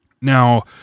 Now